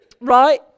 right